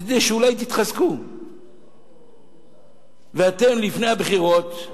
כדי שאולי תתחזקו, ואתם, לפני הבחירות,